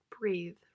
breathe